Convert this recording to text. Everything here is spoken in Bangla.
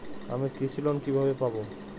আমি কৃষি লোন কিভাবে পাবো?